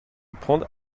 prendre